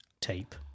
tape